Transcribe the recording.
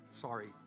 Sorry